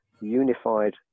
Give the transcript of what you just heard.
unified